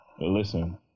Listen